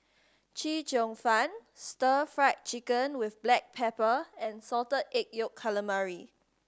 Chee Cheong Fun Stir Fried Chicken with black pepper and Salted Egg Yolk Calamari